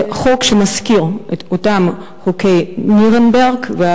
זה חוק שמזכיר את אותם חוקי נירנברג.